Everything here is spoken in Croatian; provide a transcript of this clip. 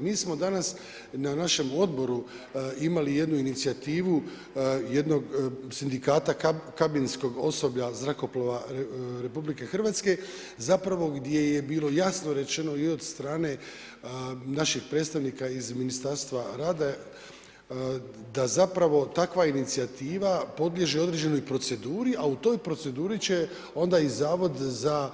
Mi smo danas na našem odboru imali jednu inicijativu, jednog sindikata Kabinskog osoblja, zrakoplova RH, gdje je bilo jasno rečeno i od strane našeg predstavnika iz Ministarstva rada, da zapravo takva inicijativa podliježe određenoj proceduri, a u toj proceduri će onda i Zavod za